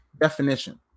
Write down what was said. definition